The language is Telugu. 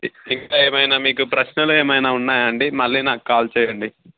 ఇం ఇంకా ఏమన్న మీకు ప్రశ్నలు ఏమైనా ఉన్నాయండి మళ్ళీ నాకు కాల్ చేయండి